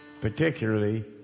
particularly